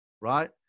right